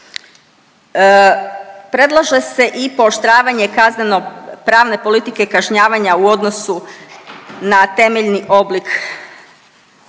Predlaže se i pooštravanje kazneno pravne politike kažnjavanja u odnosu na temeljni oblik